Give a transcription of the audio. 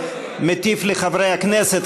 מטיף לחברי הכנסת,